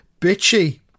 bitchy